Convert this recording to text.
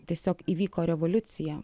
tiesiog įvyko revoliucija